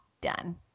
Done